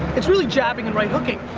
it's really jabbing and right-hooking.